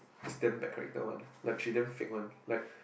is damn bad character one like she damn fake one like